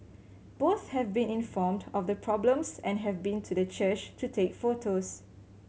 both have been informed of the problems and have been to the church to take photos